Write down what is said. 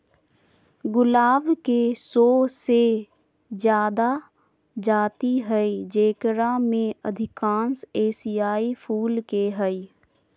गुलाब के सो से जादा जाति हइ जेकरा में अधिकांश एशियाई मूल के हइ